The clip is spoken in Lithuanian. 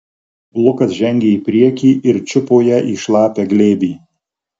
lukas žengė į priekį ir čiupo ją į šlapią glėbį